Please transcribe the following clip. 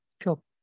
Cool